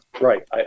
Right